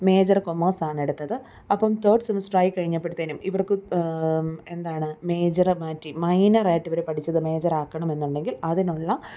major commerce ആണ് എടുത്തത് അപ്പം തേഡ് സെമസ്റ്റർ ആയി കഴിഞ്ഞപ്പോഴത്തേക്കും ഇവർക്ക് എന്താണ് മേജറ് മാറ്റി മൈനറായിട്ട് ഇവർ പഠിച്ചത് മേജർ ആക്കണമെന്ന് ഉണ്ടെങ്കിൽ അതിനുള്ള